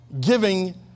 Giving